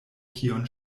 kion